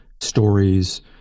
stories